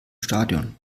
stadion